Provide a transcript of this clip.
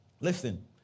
Listen